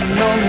no